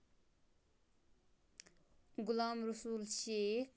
Ghulam Rasool Sheikh